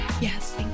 Yes